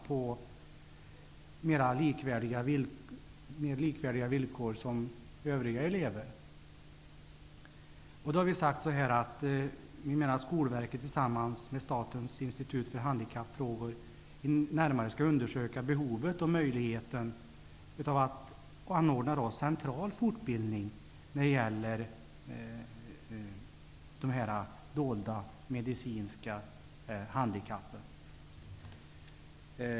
Villkoren för de här eleverna och för övriga elever skall vara mer likvärdiga. Vi menar att Skolverket tillsammans med Statens institut för handikappfrågor närmare skall undersöka behovet och möjligheten att anordna central fortbildning när det gäller dolda medicinska handikapp.